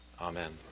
Amen